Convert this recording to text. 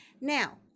Now